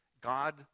God